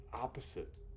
opposite